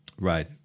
Right